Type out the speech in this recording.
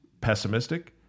pessimistic